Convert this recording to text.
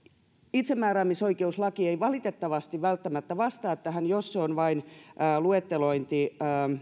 itsemääräämisoikeuslaki ei valitettavasti välttämättä vastaa tähän jos se on vain luettelointi